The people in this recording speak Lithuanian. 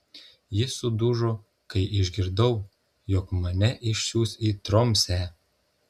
ji sudužo kai išgirdau jog mane išsiųs į tromsę